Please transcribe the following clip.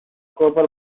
copper